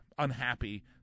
unhappy